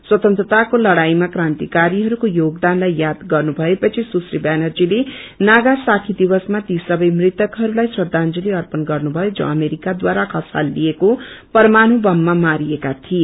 स्वतन्त्रताको लड़प्इमा क्रन्तिकारीहरूको योगदानलाई याद गर्नुभए पछि सुश्री व्यानर्जीते नागासाकी दिवसमा ती सबै मृतकहरूलाई रदाजंती अर्पण गर्नुभयो जो अमेरिकाद्वारा खसालेको परमाणु बममा मारिएका थिए